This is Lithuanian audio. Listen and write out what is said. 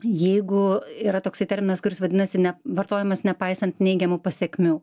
jeigu yra toks terminas kuris vadinasi ne vartojimas nepaisant neigiamų pasekmių